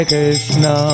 Krishna